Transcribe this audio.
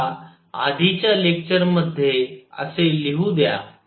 मला आधीच्या लेक्चर मध्ये असे लिहू द्या